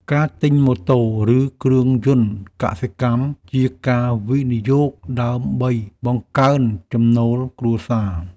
ការទិញម៉ូតូ ឬគ្រឿងយន្តកសិកម្ម ជាការវិនិយោគដើម្បីបង្កើនចំណូលគ្រួសារ។